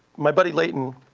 my buddy leighton